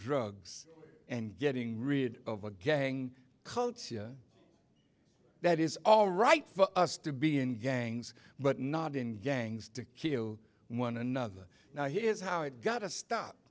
drugs and getting rid of a gang culture that is all right for us to be in gangs but not in gangs to kill one another now here's how it got to stop